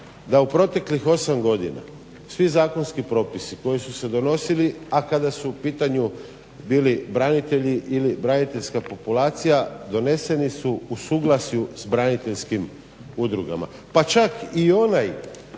da u proteklih 8 godina svi zakonski propisi koji su se donosili, a kada su u pitanju bili branitelji ili braniteljska populacija doneseni su u suglasju s braniteljskim udrugama, pa čak i ona